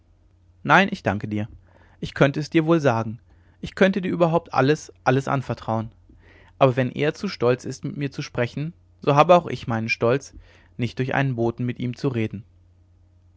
nein ich danke dir ich könnte es dir wohl sagen ich könnte dir überhaupt alles alles anvertrauen aber wenn er zu stolz ist mit mir zu sprechen so habe auch ich meinen stolz nicht durch einen boten mit ihm zu reden